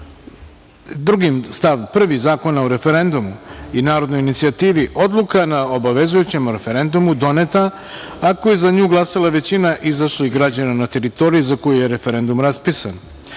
42. stav 1. Zakona o referendumu i narodnoj inicijativi odluka na obavezujućem referendumu doneta ako je za nju glasala većina izašlih građana na teritoriji za koju je referendum raspisan,